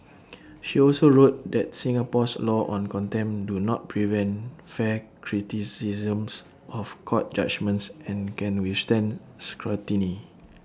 she also wrote that Singapore's laws on contempt do not prevent fair criticisms of court judgements and can withstand scrutiny